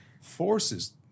forces